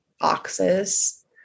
boxes